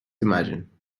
imagine